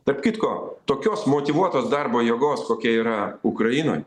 tarp kitko tokios motyvuotos darbo jėgos kokia yra ukrainoj